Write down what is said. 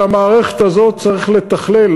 את המערכת הזו צריך לתכלל,